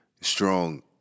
strong